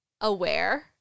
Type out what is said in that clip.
aware